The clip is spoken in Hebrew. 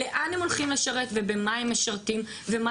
לאן הם הולכים לשרת ובמה הם משרתים ומה